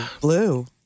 blue